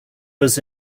was